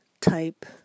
type